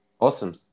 Awesome